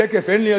שקף אין לי,